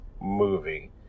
movie